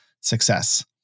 success